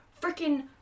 freaking